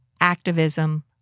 activism